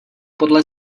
podle